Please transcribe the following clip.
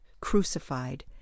crucified